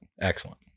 Excellent